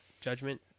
judgment